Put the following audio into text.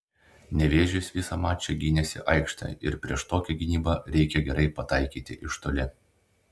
nevėžis visą mačą gynėsi aikšte ir prieš tokią gynybą reikia gerai pataikyti iš toli